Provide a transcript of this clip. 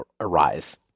arise